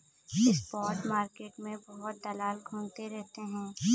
spot market में बहुत दलाल घूमते रहते हैं